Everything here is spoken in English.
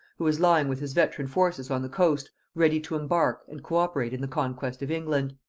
who was lying with his veteran forces on the coast, ready to embark and co-operate in the conquest of england.